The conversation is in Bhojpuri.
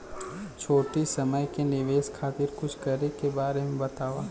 छोटी समय के निवेश खातिर कुछ करे के बारे मे बताव?